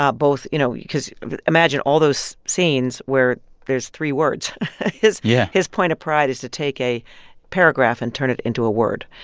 ah both you know, because imagine all those scenes where there's three words yeah his point of pride is to take a paragraph and turn it into a word,